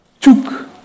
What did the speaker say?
took